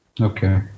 Okay